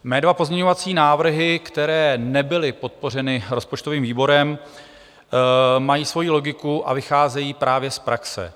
Mé dva pozměňovací návrhy, které nebyly podpořeny rozpočtovým výborem, mají svoji logiku a vycházejí právě z praxe.